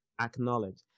Acknowledge